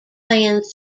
plans